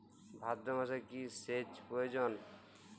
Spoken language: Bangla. ভাদ্রমাসে কি সেচ প্রয়োজন?